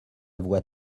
voix